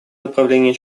направлении